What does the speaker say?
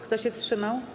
Kto się wstrzymał?